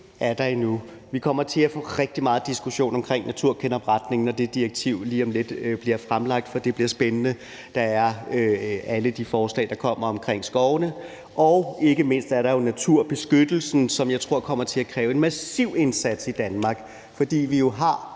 Vi kommer til at få rigtig meget diskussion om naturgenopretningen, når det direktiv lige om lidt bliver fremlagt, så det bliver spændende. Der er alle de forslag, der kommer om skovene, og ikke mindst er der naturbeskyttelsen, som jeg tror kommer til at kræve en massiv indsats i Danmark, fordi vi jo har